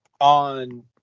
on